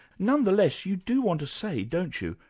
nonetheless, you do want to say, don't you,